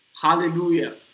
Hallelujah